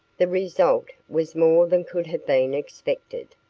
the result was more than could have been expected,